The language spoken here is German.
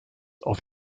auf